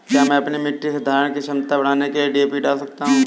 क्या मैं अपनी मिट्टी में धारण की मात्रा बढ़ाने के लिए डी.ए.पी डाल सकता हूँ?